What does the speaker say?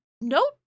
no